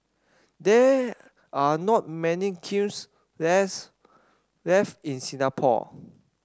there are not many kilns less left in Singapore